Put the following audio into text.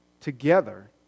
together